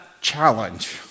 challenge